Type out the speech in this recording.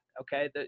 Okay